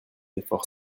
effort